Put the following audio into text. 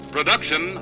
Production